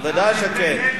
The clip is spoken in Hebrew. ודאי שכן.